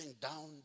down